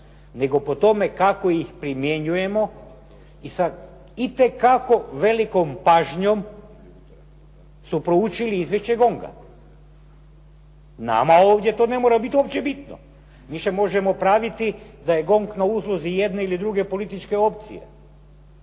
nego po tome kako ih primjenjujemo i sa itekako velikom pažnjom su proučili izvješće GONG-a. Nama ovdje ne mora to biti uopće bitno. Mi se možemo praviti da je GONG na usluzi jedne ili druge političke opcije,